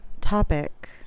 topic